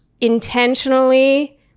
intentionally